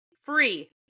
free